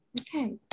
Okay